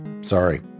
Sorry